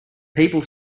people